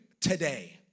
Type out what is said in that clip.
today